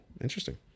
Interesting